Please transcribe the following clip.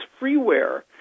freeware